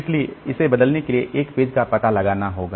इसलिए इसे बदलने के लिए एक पेज का पता लगाना होगा